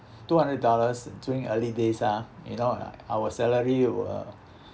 two hundred dollars during early days ah you know uh our salary were